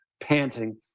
panting